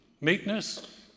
Meekness